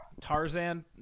tarzan